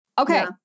Okay